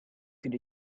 could